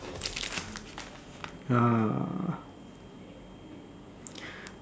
ah